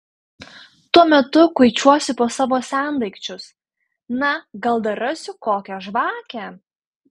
tuo metu kuičiuosi po savo sendaikčius na gal dar rasiu kokią žvakę